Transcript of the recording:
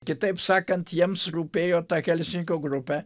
kitaip sakant jiems rūpėjo tą helsinkio grupę